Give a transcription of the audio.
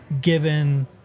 given